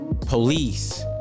police